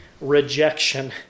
rejection